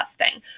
testing